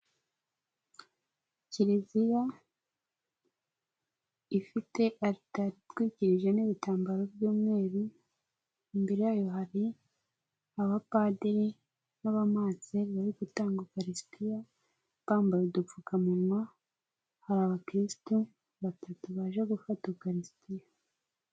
Kiliziya ifite aritari itwikirije n'ibitambaro by'umweru imbere yayo hari abapadiri n'abamansera bari gutanga ukalisitiya bambaye udupfukamunwa hari abakrisristo batatu baje gufata ukariristiya.